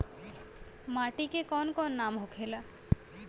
माटी के कौन कौन नाम होखे ला?